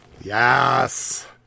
Yes